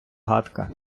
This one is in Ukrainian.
гадка